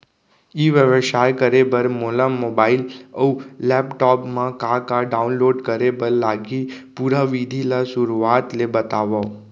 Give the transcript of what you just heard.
ई व्यवसाय करे बर मोला मोबाइल अऊ लैपटॉप मा का का डाऊनलोड करे बर लागही, पुरा विधि ला शुरुआत ले बतावव?